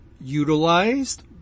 utilized